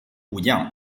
武将